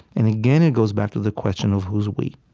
and again it goes back to the question of who is we,